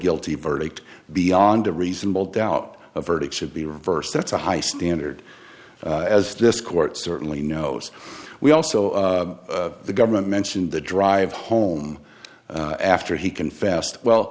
verdict beyond a reasonable doubt a verdict should be reversed that's a high standard as this court certainly knows we also the government mentioned the drive home after he confessed well